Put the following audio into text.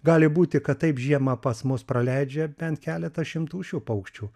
gali būti kad taip žiemą pas mus praleidžia bent keletą šimtų šių paukščių